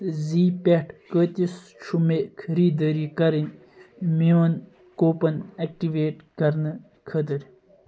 زِی پٮ۪ٹھٕ کۭتیس چھُ مےٚ خٔریٖدٲری کَرٕنۍ میٛون کوپن ایکٹویٹ کَرنہٕ خٲطرٕ